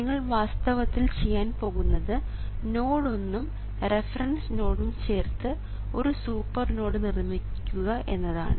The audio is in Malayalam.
നിങ്ങൾ വാസ്തവത്തിൽ ചെയ്യാൻ പോകുന്നത് നോഡ് 1 ഉം റഫറൻസ് നോഡും ചേർത്ത് ഒരു സൂപ്പർ നോഡ് നിർമ്മിക്കുക എന്നതാണ്